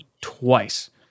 twice